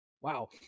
Wow